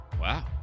Wow